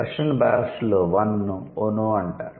Russian భాషలో 'one' ను 'ఒనో' అంటారు